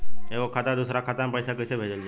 एगो खाता से दूसरा खाता मे पैसा कइसे भेजल जाई?